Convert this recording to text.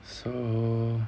so